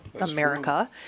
America